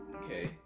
okay